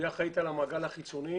אחראית על המעגל החיצוני.